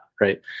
Right